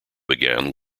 began